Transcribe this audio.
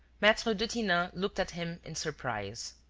maitre detinan looked at him in surprise.